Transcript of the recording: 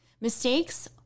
Mistakes